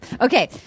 Okay